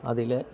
അതിൽ